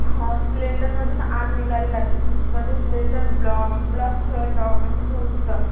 हं सिलेंडरमधून आग निघायला लागली म्हणजे सिलेंडर ब्ला ब्लास्ट व्हायला म्हणजे होत होता